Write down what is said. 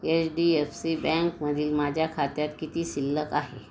HDFC बँकमधील माझ्या खात्यात किती शिल्लक आहे